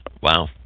Wow